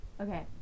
Okay